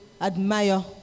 admire